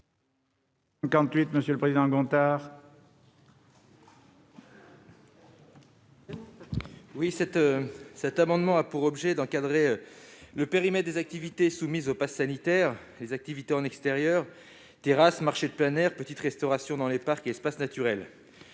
à M. Guillaume Gontard. Cet amendement a pour objet d'encadrer le périmètre des activités soumises au passe sanitaire. Les activités en extérieur- terrasses, marchés de plein air, petite restauration dans les parcs et espaces naturels